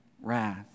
wrath